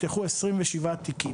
נפתחו 27 תיקים.